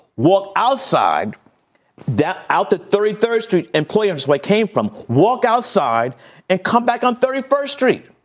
walk outside that out the thirty third street and players sweat came from walk outside and come back on thirty first street.